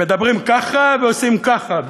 מדברים ככה, ועושים ככה.